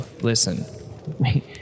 listen